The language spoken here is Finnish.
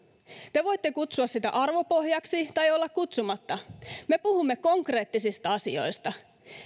te voitte kutsua sitä arvopohjaksi tai olla kutsumatta me puhumme konkreettisista asioista